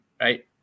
right